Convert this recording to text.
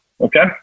okay